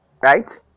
right